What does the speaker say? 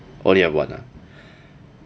only have one ah